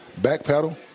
backpedal